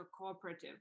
cooperative